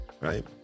Right